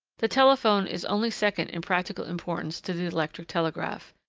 the telephone is only second in practical importance to the electric telegraph.